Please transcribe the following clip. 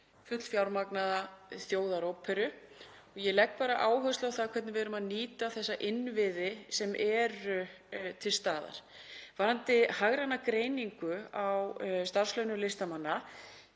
fullfjármagnaða þjóðaróperu. Ég legg áherslu á það hvernig við erum að nýta þá innviði sem eru til staðar. Varðandi hagræna greiningu á starfslaunum listamanna